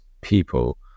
people